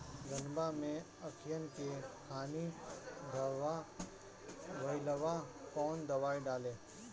धनवा मै अखियन के खानि धबा भयीलबा कौन दवाई डाले?